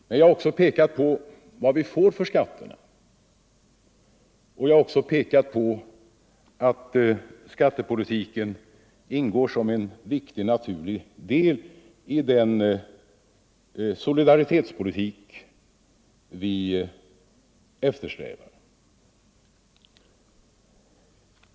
Men jag har också pekat på vad vi får för skatterna och på att skattepolitiken ingår som en viktig, naturlig del i den solidaritetspolitik vi eftersträvar.